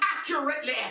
accurately